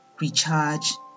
recharge